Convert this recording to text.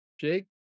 Jake